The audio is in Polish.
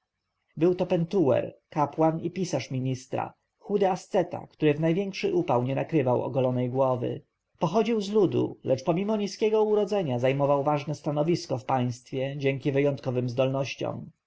był to pentuer kapłan i pisarz ministra chudy asceta który w największy upał nie nakrywał ogolonej głowy pochodził z ludu lecz pomimo niskiego urodzenia zajmował ważne stanowisko w państwie dzięki wyjątkowym zdolnościom